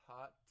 Hot